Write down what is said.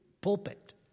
pulpit